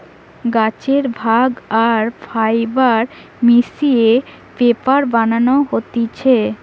গাছের ভাগ আর ফাইবার মিশিয়ে পেপার বানানো হতিছে